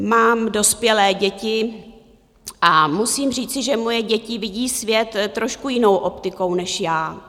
Mám dospělé děti a musím říci, že moje děti vidí svět trošku jinou optikou než já.